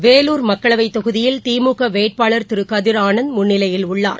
வேலூர் மக்களவை தொகுதியில் திமுக வேட்பாளர் திரு கதிர் ஆனந்த் முன்னிலையில் உள்ளார்